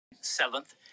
seventh